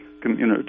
community